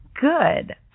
Good